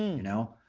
you know.